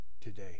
today